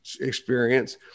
experience